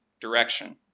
direction